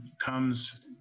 comes